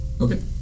Okay